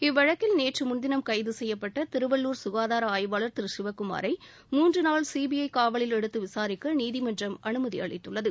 இவ்வழக்கில் நேற்று முன்தினம் கைது செய்யப்பட்ட திருவள்ளூர் சுகாதார ஆய்வாளா் திரு சிவக்குமாரை மூன்று நாள் சிபிஐ காவலில் எடுத்து விசாரிக்க நீதிமன்றம் அனுமதி அளித்துள்ளது